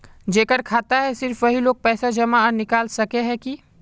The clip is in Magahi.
जेकर खाता है सिर्फ वही लोग पैसा जमा आर निकाल सके है की?